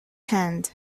hand